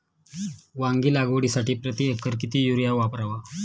वांगी लागवडीसाठी प्रति एकर किती युरिया वापरावा?